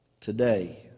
today